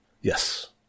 Yes